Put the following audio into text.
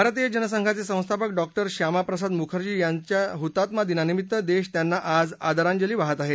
भारतीय जनसंघाचे संस्थापक डॉक्टर शामाप्रसाद मुखर्जी यांच्या ह्तात्मा दिनानिमित्त देश त्यांना आज आदरांजली वाहत आहे